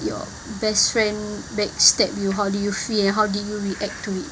your best friend back stab you how did you feel how did you react to it